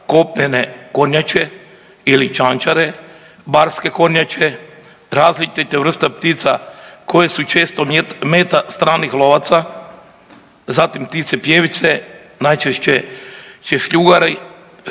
kopnene kornjače ili čančare, barske kornjače, različite vrste ptica koje su često meta stranih lovaca, zatim ptice pjevice, najčešće češljugari,